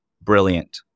brilliant